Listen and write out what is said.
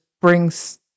brings